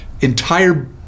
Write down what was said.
entire